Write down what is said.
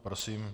Prosím.